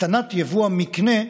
הקטנת יבוא המקנה,